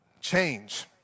change